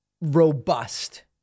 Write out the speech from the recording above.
Robust